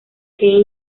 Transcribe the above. kane